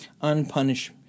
unpunished